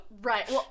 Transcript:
Right